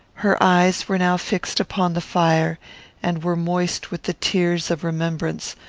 her eyes were now fixed upon the fire and were moist with the tears of remembrance,